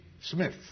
Smith